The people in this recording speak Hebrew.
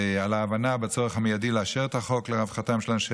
על ההבנה של הצורך המיידי לאשר את החוק לרווחתם של אנשי